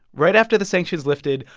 right after the sanctions lifted,